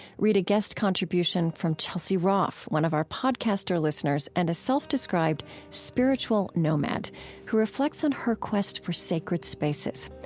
read a guest contribution from chelsea roff one of our podcaster listeners and a self-described spiritual nomad who reflects on her quest for sacred spaces.